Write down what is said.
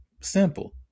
Simple